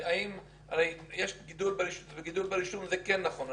הרי יש גידול ברישום זה כן נכון,